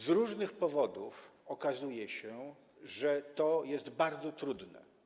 Z różnych powodów okazuje się, że to jest bardzo trudne.